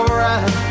right